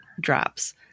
drops